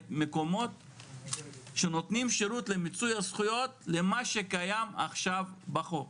מקומות שנותנים שירות למיצוי הזכויות למה שקיים עכשיו בחוק,